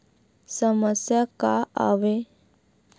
समस्या का आवे?